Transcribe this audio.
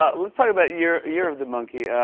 ah let's talk about year year of the monkey.